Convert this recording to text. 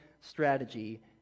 strategy